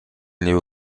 néo